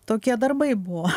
tokie darbai buvo